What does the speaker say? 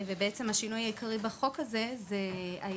השינוי העיקרי בחוק הזה היה,